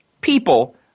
people